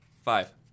Five